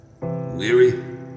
Weary